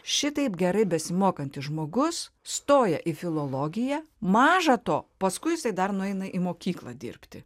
šitaip gerai besimokantis žmogus stoja į filologiją maža to paskui jisai dar nueina į mokyklą dirbti